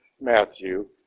Matthew